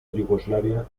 yugoslavia